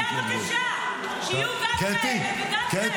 זו הבקשה, שיהיו גם כאלה וגם כאלה.